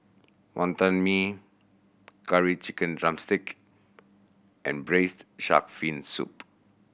Wonton Mee Curry Chicken drumstick and Braised Shark Fin Soup